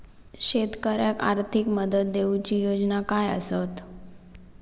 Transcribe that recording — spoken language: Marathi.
शेतकऱ्याक आर्थिक मदत देऊची योजना काय आसत?